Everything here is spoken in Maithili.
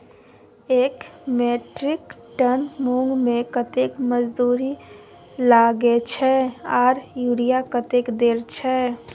एक मेट्रिक टन मूंग में कतेक मजदूरी लागे छै आर यूरिया कतेक देर छै?